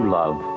love